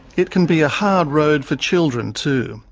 it can be a hard road for children, too.